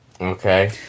Okay